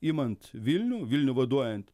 imant vilnių vilnių vaduojant